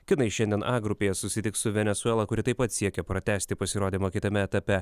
kinai šiandien a grupėje susitiks su venesuela kuri taip pat siekia pratęsti pasirodymą kitame etape